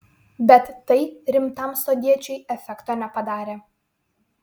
bet tai rimtam sodiečiui efekto nepadarė